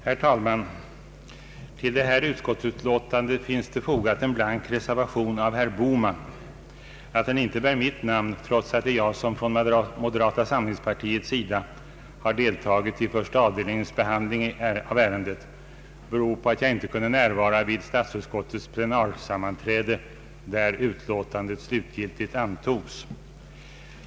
Herr talman! Till detta utskottsutlåtande finns det fogat en blank reservation av herr Bohman. Att den inte bär mitt namn, trots att det är jag som från moderata samlingspartiets sida har deltagit i första avdelningens behandling av ärendet, beror på att jag inte kunde närvara vid statsutskottets plenarsammanträde, där = utlåtandet slutgiltigt antogs.